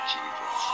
Jesus